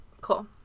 Cool